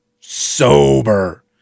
sober